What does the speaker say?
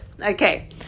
Okay